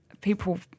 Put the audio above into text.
people